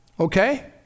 Okay